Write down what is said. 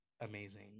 amazing